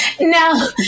No